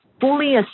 fully